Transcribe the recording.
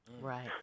Right